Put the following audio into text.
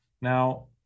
now